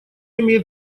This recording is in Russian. имеет